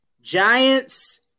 Giants